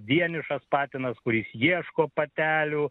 vienišas patinas kuris ieško patelių